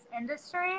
industry